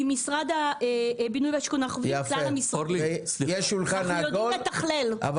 עם משרד הבינוי והשיכון אנחנו עובדים עם כלל המשרדים.